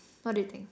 what do you think